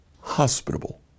hospitable